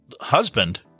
Husband